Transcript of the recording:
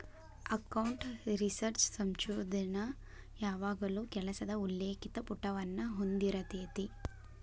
account research ಸಂಶೋಧನ ಯಾವಾಗಲೂ ಕೆಲಸದ ಉಲ್ಲೇಖಿತ ಪುಟವನ್ನ ಹೊಂದಿರತೆತಿ